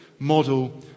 Model